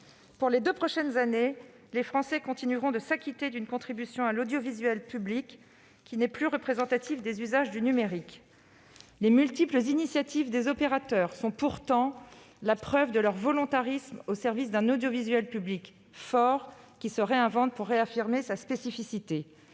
Pour les deux prochaines années, les Français continueront de s'acquitter d'une CAP qui n'est plus représentative des usages du numérique. Les multiples initiatives des opérateurs sont pourtant la preuve de leur volontarisme, au service d'un audiovisuel public fort, qui se réinvente pour réaffirmer sa spécificité.